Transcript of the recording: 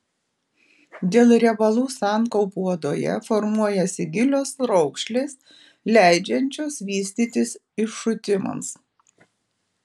dėl riebalų sankaupų odoje formuojasi gilios raukšlės leidžiančios vystytis iššutimams